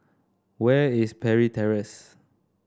where is Parry Terrace